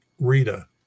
Rita